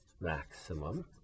maximum